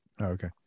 okay